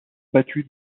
battu